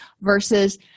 versus